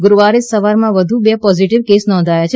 ગુરૂવારે સવારમાં જ વધુ બે પોઝીટીવ કેસ નોંધાયા છે